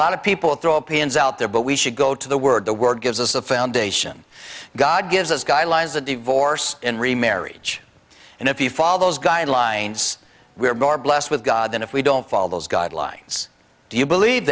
lot of people throw opinions out there but we should go to the word the word gives us the foundation god gives us guidelines a divorce and remarriage and if you follow those guidelines we are more blessed with god than if we don't follow those guidelines do you believe